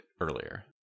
earlier